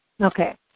Okay